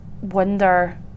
wonder